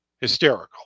Hysterical